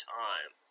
time